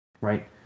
right